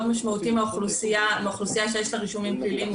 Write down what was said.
משמעותי מהאוכלוסייה שיש לה רישומים פליליים,